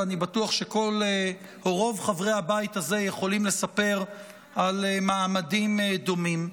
ואני בטוח שרוב חברי הבית הזה יכולים לספר על מעמדים דומים.